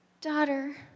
daughter